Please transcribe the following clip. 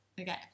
Okay